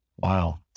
Wow